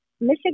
Michigan